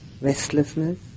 restlessness